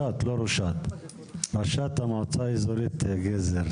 ראשת המועצה האזורית גזר,